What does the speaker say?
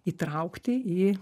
įtraukti į